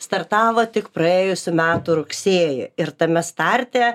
startavo tik praėjusių metų rugsėjį ir tame starte